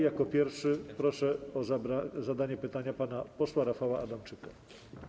Jako pierwszego proszę o zadanie pytania pana posła Rafała Adamczyka.